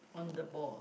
on the ball